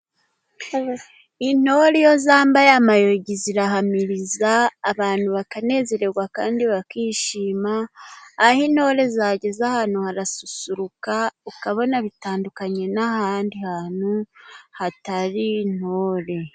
Intore iyo zambaye amayugi zirahamiriza abantu bakanezererwa kandi bakishima. Aho intore zageze ahantu harasusuruka ukabona bitandukanye n'ahandi hantu hatari intore.